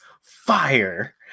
fire